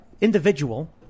individual